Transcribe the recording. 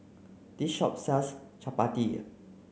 this shop sells Chapati